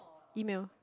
email